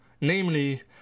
Namely